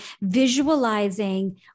visualizing